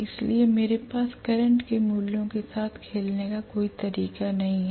इसलिए मेरे पास करंट के मूल्यों के साथ खेलने का कोई तरीका नहीं है